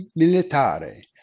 Militare